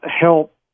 help